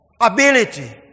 Ability